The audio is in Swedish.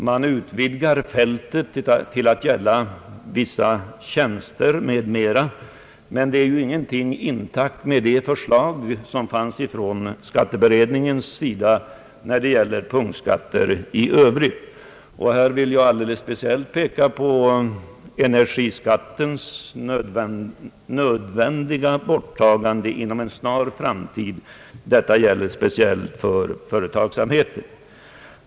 Man utvidgar fältet till att omfatta vissa tjänster m.m., men det är inte i överensstämmelse med de förslag beträffande punktskatter i övrigt som förelåg från skatteberedningens sida. Jag vill alldeles speciellt peka på energiskattens nödvändiga borttagande inom en snar framtid, i synnerhet för företagsamheten.